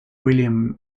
william